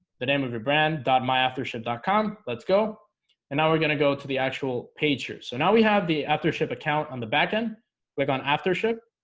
the name of your brand my after shit calm let's go and now we're gonna go to the actual page so now we have the after ship account on the back end click on after ship